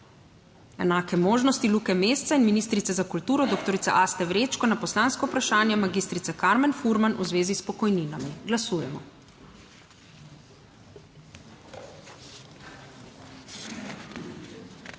enake možnosti Luke Mesca in ministrice za kulturo doktor Aste Vrečko na poslansko vprašanje magistrice Karmen Furman v zvezi s pokojninami. Glasujemo.